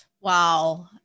Wow